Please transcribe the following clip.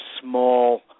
small